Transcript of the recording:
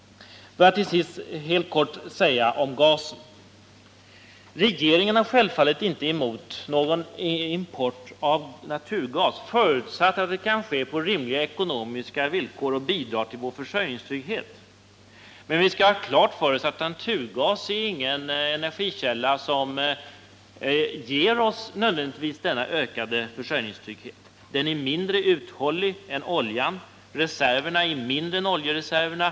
Till sist vill jag helt kort säga några ord om naturgasen. Regeringen har självfallet ingenting emot en import av naturgas, förutsatt att den kan ske på rimliga ekonomiska villkor och bidra till vår försörjningstrygghet. Men vi skall ha klart för oss att naturgasen inte är någon energikälla, som nödvändigtvis ger oss denna ökade försörjningstrygghet. Den är mindre uthållig än oljan. Naturgasreserverna är mindre än oljereserverna.